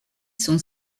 son